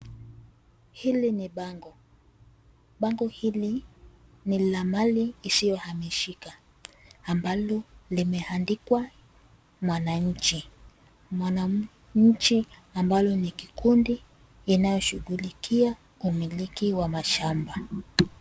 Hili ni bango. Bango hili ni la mali isiyohamishika ambalo limeandikwa 'Mwananchi'. Mwananchi ambalo ni kikundi inayoshughulika umiliki wa mashamba.